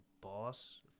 boss